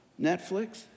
Netflix